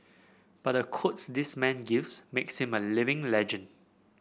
but the quotes this man gives makes him a living legend